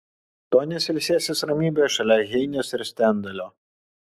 tonis ilsėsis ramybėje šalia heinės ir stendalio